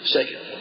Second